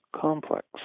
complex